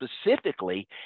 specifically